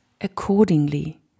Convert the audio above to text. accordingly